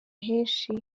henshi